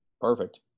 Perfect